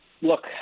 look